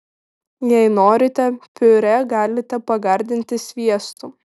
jei norite piurė galite pagardinti sviestu